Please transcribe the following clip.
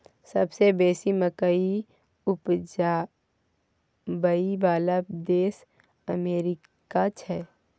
सबसे बेसी मकइ उपजाबइ बला देश अमेरिका छै